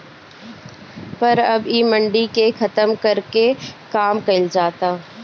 पर अब इ मंडी के खतम करे के काम कइल जाता